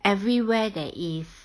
everywhere there is